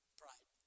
pride